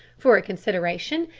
for a consideration,